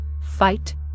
fight